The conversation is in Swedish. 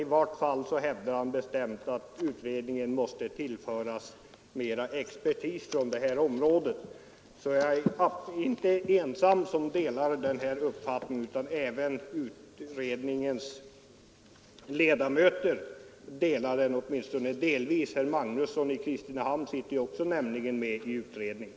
I vart fall hävdar han bestämt att utredningen måste tillföras mera expertis från det området. Jag är således inte ensam om min uppfattning, utan den delas av utredningens ledamöter, åtminstone några av dem. Herr Magnusson i Kristinehamn sitter som bekant också med i utredningen.